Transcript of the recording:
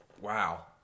Wow